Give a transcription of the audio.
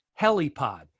HELIPOD